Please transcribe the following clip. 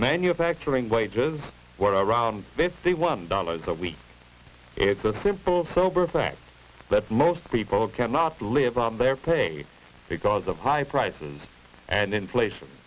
manufacturing wages were around fifty one dollars a week it's a simple sober fact that most people cannot live on their pay because of high prices and inflation